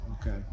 Okay